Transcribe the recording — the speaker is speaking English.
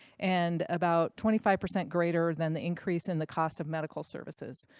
and about twenty five percent greater than the increase in the cost of medical services.